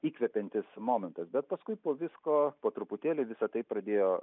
įkvepiantis momentas bet paskui po visko po truputėlį visa tai pradėjo